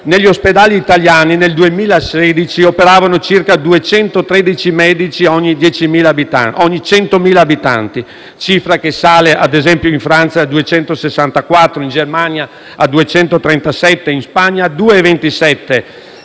negli ospedali italiani nel 2016 operavano circa 213 medici ogni 100.000 abitanti, cifra che sale in Francia a 264, in Germania a 237, in Spagna a 227